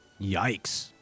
Yikes